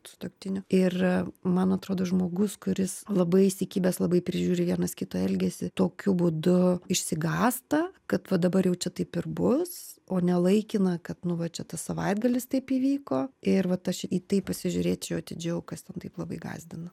sutuoktiniu ir man atrodo žmogus kuris labai įsikibęs labai prižiūri vienas kito elgesį tokiu būdu išsigąsta kad va dabar jau čia taip ir bus o ne laikina kad nu va čia tas savaitgalis taip įvyko ir vat aš į tai pasižiūrėčiau atidžiau kas ten taip labai gąsdina